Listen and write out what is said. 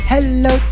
Hello